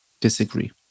disagree